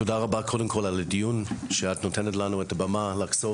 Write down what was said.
תודה רבה קודם כל על הדיון ועל ההזדמנות שבה את נותנת לנו את הבמה לחשוף